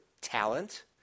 talent